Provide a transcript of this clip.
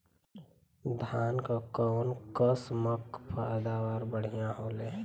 धान क कऊन कसमक पैदावार बढ़िया होले?